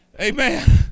amen